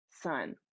son